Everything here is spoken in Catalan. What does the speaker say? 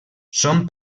són